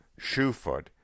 Shoefoot